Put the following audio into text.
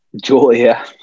julia